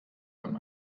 beim